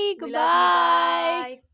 Goodbye